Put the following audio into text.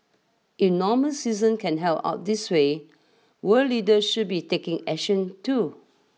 if normal citizens can help out this way world leaders should be taking action too